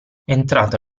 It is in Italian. entrato